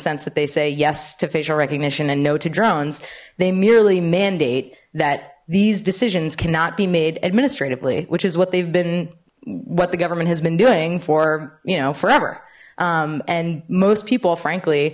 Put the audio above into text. sense that they say yes to facial recognition and no to drones they merely mandate that these decisions cannot be made administrative lee which is what they've been what the government has been doing for you know forever and most people frankly